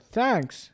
thanks